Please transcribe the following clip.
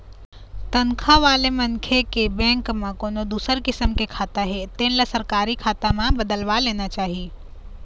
तनखा वाले मनखे के बेंक म कोनो दूसर किसम के खाता हे तेन ल सेलरी खाता म बदलवा लेना चाही